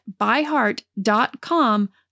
byheart.com